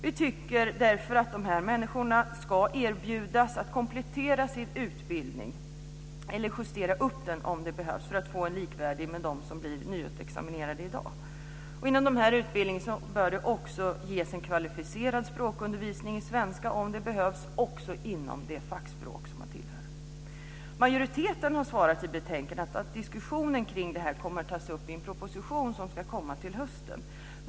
Vi tycker därför att de här människorna ska erbjudas att få komplettera sin utbildning, om det behövs, för att den ska bli likvärdig med den som dagens nyutexaminerade har. I samband med den här utbildningen bör det också ges en kvalificerad språkundervisning i svenska och, om så behövs, även i det fackspråk som är aktuellt. Majoriteten har i betänkandet på detta svarat att diskussionen om detta kommer att tas upp i en proposition som ska komma till hösten.